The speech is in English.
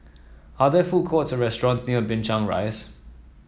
are there food courts or restaurants near Binchang Rise